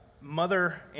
Mother